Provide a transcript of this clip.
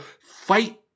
fight